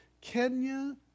Kenya